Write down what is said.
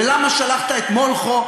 ולמה שלחת את מולכו,